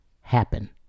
happen